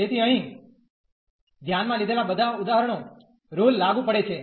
તેથી અહીં ધ્યાનમાં લીધેલા બધા ઉદાહરણો રુલ લાગુ પડે છે